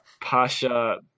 Pasha